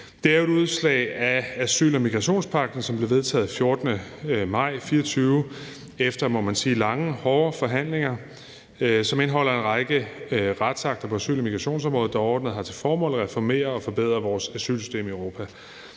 Det er jo et udslag af asyl- og migrationspagten, som blev vedtaget den 14. maj 2024 efter, må man sige, lange, hårde forhandlinger, og som indeholder en række retsakter på asyl- og migrationsområdet, der overordnet har til formål at reformere og forbedre vores asylsystem i Europa.